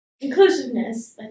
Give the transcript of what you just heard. inclusiveness